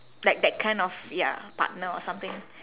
like that kind of ya partner or something